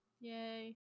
Yay